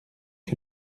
que